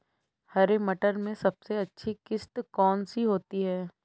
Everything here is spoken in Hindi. हरे मटर में सबसे अच्छी किश्त कौन सी होती है?